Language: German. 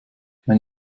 mein